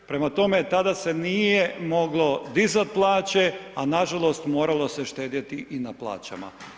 Prema tome, tada se nije moglo dizati plaće a nažalost moralo se štedjeti i na plaćama.